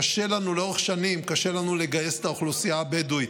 קשה לנו לאורך שנים לגייס את האוכלוסייה הבדואית,